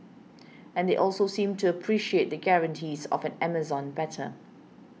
and they also seemed to appreciate the guarantees of an Amazon better